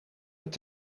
het